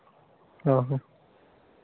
ᱦᱮᱸ ᱦᱮᱸ